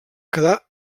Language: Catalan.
quedar